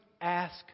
ask